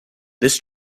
this